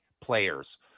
players